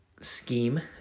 scheme